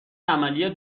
عملی